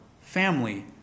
family